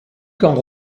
camp